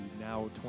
now